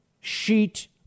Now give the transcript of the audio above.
sheet